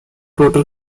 water